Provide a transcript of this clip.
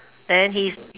then his